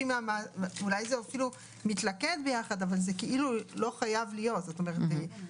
אולי זה אפילו מתלכד ביחד אבל זה כאילו לא חייב להיות כך.